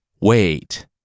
Wait